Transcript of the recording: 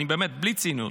באמת, בלי ציניות,